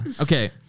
Okay